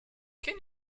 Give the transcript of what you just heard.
can